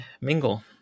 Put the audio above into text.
mingle